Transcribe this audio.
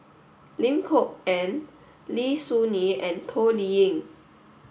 Lim Kok Ann Lim Soo Ngee and Toh Liying